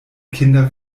kinder